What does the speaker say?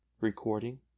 Recording